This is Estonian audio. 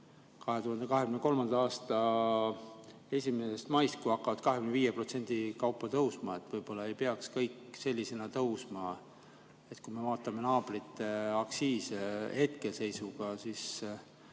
2023. aasta 1. maist nad hakkavad 25% kaupa tõusma, siis võib-olla ei peaks kõik selliselt tõusma? Kui me vaatame naabrite aktsiise hetkeseisuga, siis